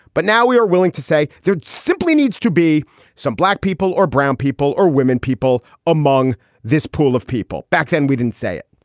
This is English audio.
but now we are willing to say there simply needs to be some black people or brown people or women people among this pool of people. back then, we didn't say it.